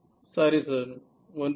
sorry sir ஒன்றுமில்லை